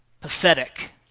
Pathetic